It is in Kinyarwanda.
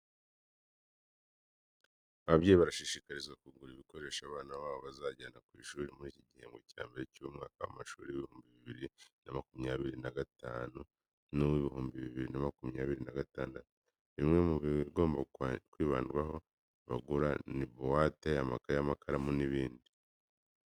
Ababyeyi barashishikarizwa kugura ibikoresho abana babo bazajyana ku ishuri muri iki gihembwe cya mbere cy'umwaka w'amashuri w'ibihumbi bibiri na makumyabiri na gatanu n'uw'ibihumbi bibiri na makumyabiri na gatandatu. Bimwe mu byo bagomba kwibandaho bagura ni buwate, amakayi, amakaramu n'ibindi.